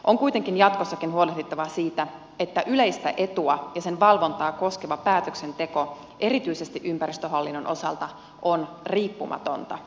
on kuitenkin jatkossakin huolehdittava siitä että yleistä etua ja sen valvontaa koskeva päätöksenteko erityisesti ympäristöhallinnon osalta on riippumatonta